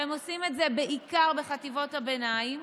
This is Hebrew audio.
והם עושים את זה בעיקר בחטיבות הביניים,